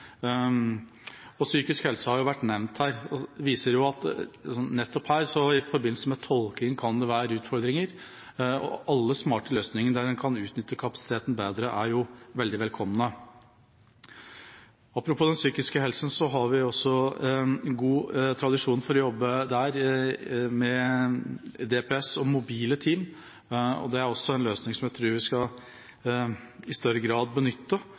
Psykisk helse har også vært nevnt her. Det viser at nettopp i forbindelse med tolking kan det være utfordringer, og alle smarte løsninger der en kan utnytte kapasiteten bedre, er veldig velkomne. Apropos den psykiske helsen: Der har vi god tradisjon for å jobbe med DPS og mobile team. Det er også en løsning som jeg tror vi i større grad skal benytte.